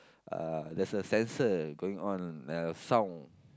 uh there's a sensor going on a sound